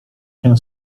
się